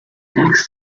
next